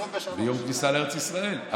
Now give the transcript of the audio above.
23. יום הכניסה לארץ ישראל.